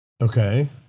Okay